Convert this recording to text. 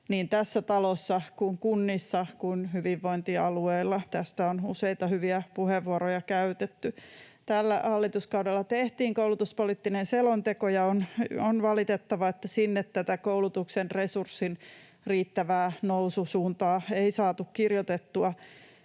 niin tässä talossa, kunnissa kuin hyvinvointialueilla. Tästä on useita hyviä puheenvuoroja käytetty. Tällä hallituskaudella tehtiin koulutuspoliittinen selonteko, ja on valitettavaa, että koulutuksen resurssin riittävää noususuuntaa ei saatu kirjoitettua